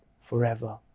forever